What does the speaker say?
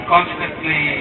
Constantly